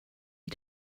you